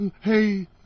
Hey